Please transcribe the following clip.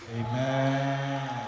Amen